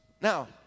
Now